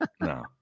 No